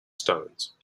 stones